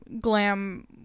glam